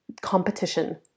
competition